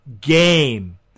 game